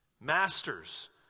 Masters